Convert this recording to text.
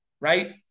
right